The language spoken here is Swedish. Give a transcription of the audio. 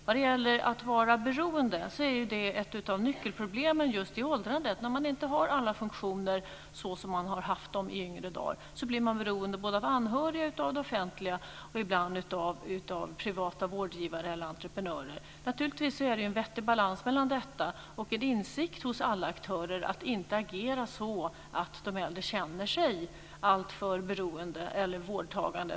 Vad gäller att vara beroende är det ett av nyckelproblemen just med åldrandet. När man inte har alla funktioner såsom man har haft i yngre dagar blir man beroende av både anhöriga och det offentliga och ibland av privata vårdgivare eller entreprenörer. Naturligtvis är det en vettig balans mellan detta och en insikt hos alla aktörer att inte agera så att de äldre känner sig alltför beroende eller vårdtagande.